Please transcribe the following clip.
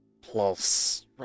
plus